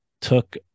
took